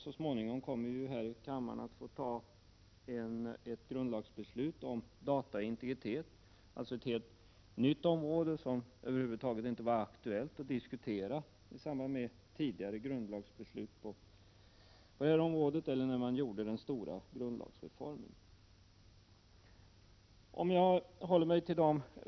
Så småningom kommer vi att här i kammaren få fatta ett beslut om grundlag gällande data och integritet, alltså ett helt nytt område som det över huvud taget inte varit aktuellt att diskutera i samband med tidigare grundlagsbeslut eller då man gjorde den stora grundlagsreformen.